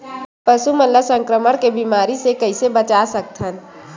पशु मन ला संक्रमण के बीमारी से कइसे बचा सकथन?